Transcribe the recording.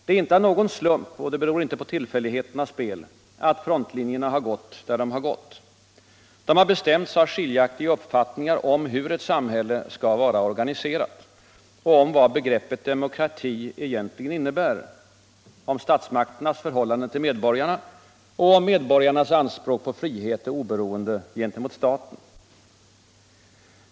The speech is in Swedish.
Det är inte av någon slump — och det beror inte på tillfälligheternas spel — att frontlinjerna har gått där de har gått. De har bestämts av skiljaktiga uppfattningar om hur ett samhälle skall vara organiserat, om vad begreppet demokrati egentligen innebär, om statsmakternas förhållande till medborgarna och om medborgarnas anspråk på frihet och oberoende gentemot staten.